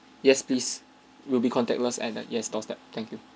yes please will be contactless and at yes doorstep thank you